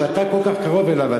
שאתה כל כך קרוב אליו,